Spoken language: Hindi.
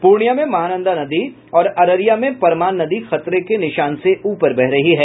पूर्णिया में महानंदा नदी और अररिया में परमान नदी खतरे के निशान से ऊपर बह रही है